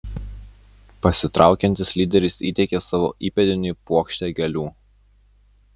pasitraukiantis lyderis įteikė savo įpėdiniui puokštę gėlių